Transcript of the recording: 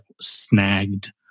snagged